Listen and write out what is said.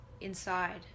inside